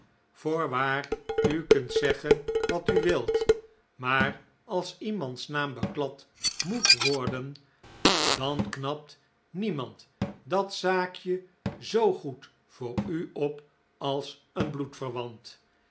voorwaar u kunt zeggen wat u wilt maar als iemands naam beklad moet worden dan knapt niemand dat zaakje zoo goed voor u op als een